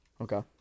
Okay